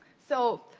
so,